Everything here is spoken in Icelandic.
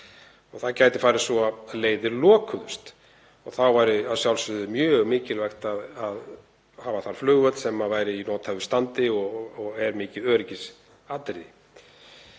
og það gæti farið svo að leiðir lokuðust. Þá væri að sjálfsögðu mjög mikilvægt að hafa þar flugvöll sem væri í nothæfu standi, það er mikið öryggisatriði.